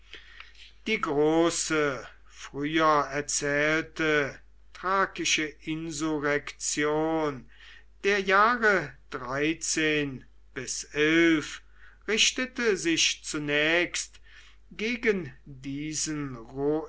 die große früher erzählte thrakische insurrektion der jahre richtete sich zunächst gegen diesen